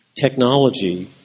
technology